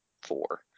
four